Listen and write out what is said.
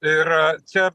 ir čia